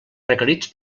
requerits